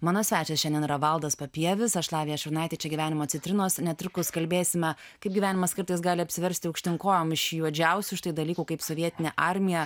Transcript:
mano svečias šiandien yra valdas papievis aš lavija šiurnaitė čia gyvenimo citrinos netrukus kalbėsime kaip gyvenimas kartais gali apsiversti aukštyn kojom iš juodžiausių štai dalykų kaip sovietinė armija